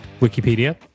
Wikipedia